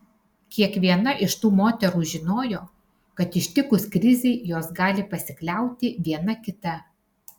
kiekviena iš tų moterų žinojo kad ištikus krizei jos gali pasikliauti viena kita